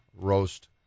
roast